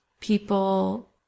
people